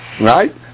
right